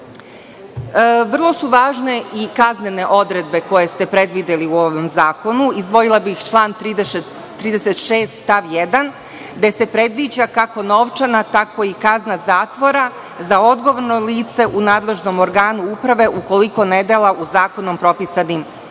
su važne i kaznene odredbe koje ste predvideli u ovom zakonu. Izdvojila bih član 36. stav 1. gde se predviđa kako novčana, tako i kazna zatvora za odgovorno lice u nadležnom organu uprave ukoliko ne dela u zakonom propisanim rokovima. Vrlo